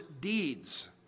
deeds